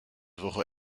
woche